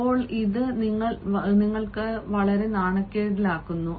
ഇപ്പോൾ ഇത് നിങ്ങളെ വളരെ നാണക്കേടിലാക്കുന്നു